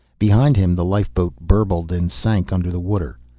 behind him the lifeboat burbled and sank under the water.